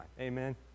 Amen